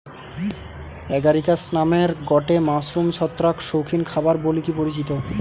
Agaricus নামের গটে mushroom ছত্রাক শৌখিন খাবার বলিকি পরিচিত